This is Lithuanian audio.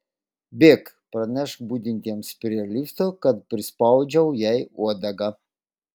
bėk pranešk budintiems prie lifto kad prispaudžiau jai uodegą